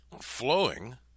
flowing